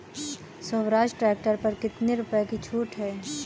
Swaraj tractor पर कितनी रुपये की छूट है?